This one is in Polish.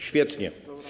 Świetnie.